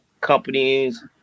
companies